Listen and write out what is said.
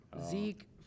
Zeke